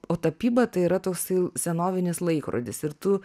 o tapyba tai yra toksai senovinis laikrodis ir tu